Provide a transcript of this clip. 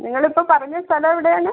നിങ്ങളിപ്പോൾ പറഞ്ഞ സ്ഥലം എവിടെയാണ്